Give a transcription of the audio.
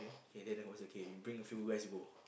then I was okay bring a few guys go